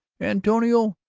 antonio,